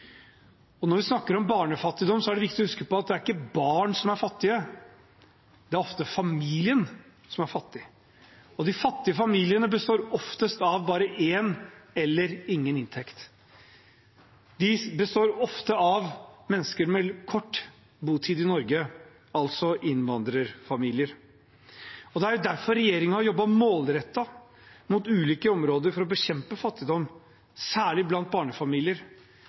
Når vi snakker om barnefattigdom, er det viktig å huske på at det ikke er barna som er fattige – det er ofte familien som er fattig. De fattige familiene har oftest bare én eller ingen inntekt, og de består ofte av mennesker med kort botid i Norge, altså innvandrerfamilier. Det er derfor regjeringen har jobbet målrettet mot ulike områder for å bekjempe fattigdom, særlig blant barnefamilier.